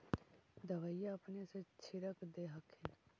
दबइया अपने से छीरक दे हखिन?